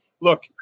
Look –